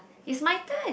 is my turn